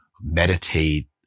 meditate